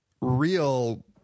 real